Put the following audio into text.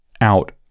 out